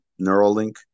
Neuralink